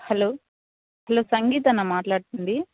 hello hello సంగీతనా మాట్లాడుతుంది